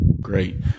Great